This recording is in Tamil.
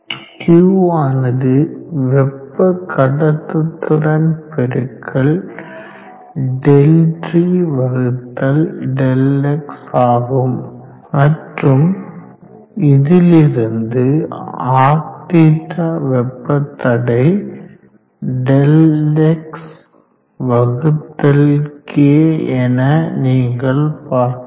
Q ஆனது வெப்ப கடத்துத்திறன் பெருக்கல் ΔTΔx ஆகும் மற்றும் இதிலிருந்து Rθ வெப்ப தடை Δxk என நீங்கள் பார்க்கலாம்